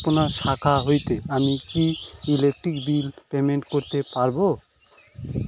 আপনার শাখা হইতে আমি কি ইলেকট্রিক বিল পেমেন্ট করতে পারব?